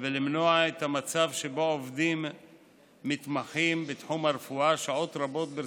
ולמנוע את המצב שבו עובדים המתמחים בתחום הרפואה שעות רבות,